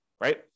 right